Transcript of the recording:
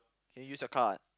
can you use your card